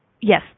yes